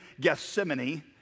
Gethsemane